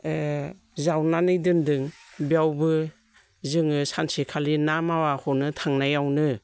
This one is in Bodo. जावनानै दोन्दों बेयावबो जोङो सानसेखालि ना मावाखौनो थांनायावनो